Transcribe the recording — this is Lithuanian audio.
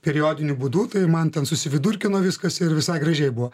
periodiniu būdu tai man ten susividurkino viskas ir visai gražiai buvo